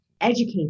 educate